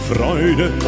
Freude